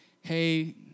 hey